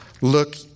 look